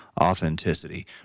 authenticity